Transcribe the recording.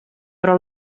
però